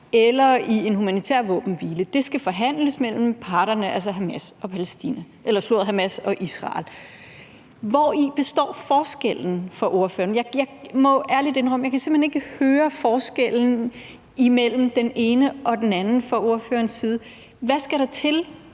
eller i en humanitær våbenhvile. Det skal forhandles mellem parterne, altså Hamas og Israel. Hvori består forskellen for ordføreren? Jeg må ærligt indrømme, at jeg simpelt hen ikke kan høre forskellen imellem det ene og det andet fra ordførerens side. Hvad skal der til,